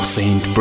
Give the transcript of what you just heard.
Saint